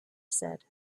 said